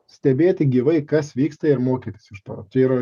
stebėti gyvai kas vyksta ir mokytis iš to čia yra